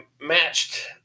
matched